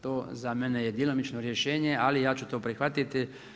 To za mene je djelomično rješenje, ali ja ću to prihvatiti.